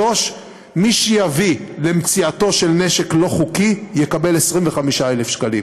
3. מי שיביא למציאתו של נשק לא חוקי יקבל 25,000 שקלים.